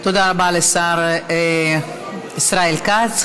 תודה רבה לשר ישראל כץ.